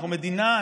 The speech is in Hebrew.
אנחנו מדינה,